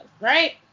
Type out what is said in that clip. right